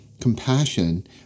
compassion